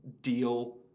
deal